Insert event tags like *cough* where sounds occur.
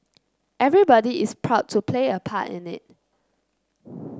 everybody is proud to play a part in it *noise*